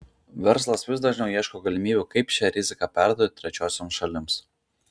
verslas vis dažniau ieško galimybių kaip šią riziką perduoti trečiosioms šalims